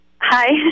Hi